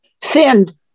Send